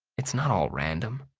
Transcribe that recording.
it's not all random,